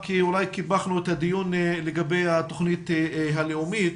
כי אולי קיפחנו את הדיון לגבי התוכנית הלאומית.